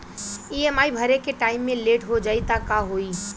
EMI भरे के time मे लेट हो जायी त का होई?